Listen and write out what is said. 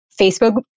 Facebook